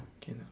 can lah